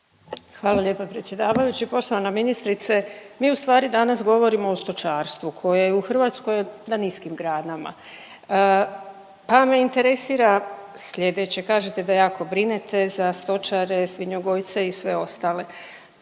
Hvala lijepa predsjedavajući. Poštovana ministrice mi u stvari danas govorimo o stočarstvu koje je u Hrvatskoj na niskim granama. Pa me interesira slijedeće. Kažete da jako brinete za stočare, svinjogojce i sve ostale.